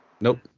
Nope